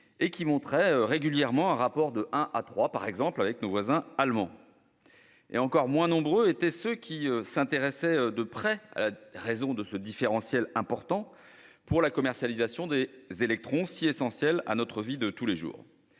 qui montraient régulièrement un rapport d'un à trois, par exemple, avec nos voisins allemands. Encore moins nombreux étaient ceux qui s'intéressaient de près à la raison de ce différentiel important pour la commercialisation des électrons si essentiels à notre vie de tous les jours.